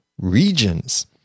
regions